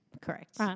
Correct